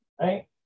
right